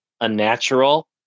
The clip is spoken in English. unnatural